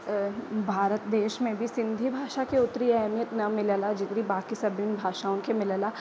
भारत देश में बि सिंधी भाषा खे होतिरी अहमियत न मिलियल आहे जेतिरी बाक़ी सभिनी भाषाउनि खे मिलियल आहे